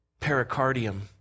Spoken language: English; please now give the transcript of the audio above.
pericardium